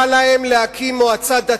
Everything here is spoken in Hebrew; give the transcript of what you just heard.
הוא הורה להם להקים מועצה דתית.